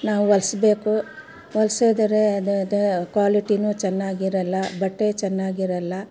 ನಾವು ಹೊಲಿಸ್ಬೇಕು ಹೊಲ್ಸಿದರೆ ಅದರದ್ದು ಕ್ವಾಲಿಟಿ ಚೆನ್ನಾಗಿರಲ್ಲ ಬಟ್ಟೆ ಚೆನ್ನಾಗಿರಲ್ಲ